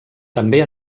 també